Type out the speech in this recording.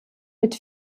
mit